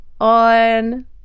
on